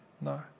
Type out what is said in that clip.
No